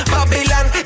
Babylon